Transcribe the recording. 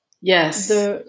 Yes